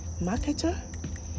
Marketer